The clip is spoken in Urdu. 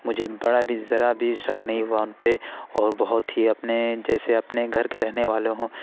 مجھے بڑا بھی ذرا بھی شک نہیں ہوا ان پہ اور بہت ہی اپنے جیسے اپنے گھر کے رہنے والے ہوں